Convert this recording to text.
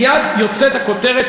מייד יוצאת הכותרת,